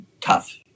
tough